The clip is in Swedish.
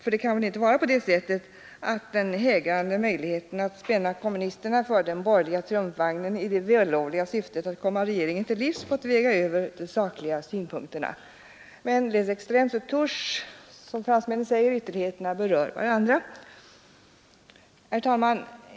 För det kan väl inte vara på det sättet att den hägrande möjligheten att spänna kommunisterna för den borgerliga triumfvagnen i det vällovliga syftet att komma regeringen till livs fått väga över de sakliga synpunkterna? Men les extrémes se touchent, som fransmännen säger — ytterligheterna berör varandra. Herr talman!